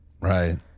Right